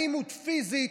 אלימות פיזית,